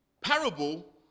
parable